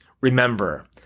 Remember